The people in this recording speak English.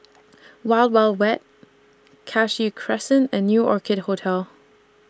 Wild Wild Wet Cashew Crescent and New Orchid Hotel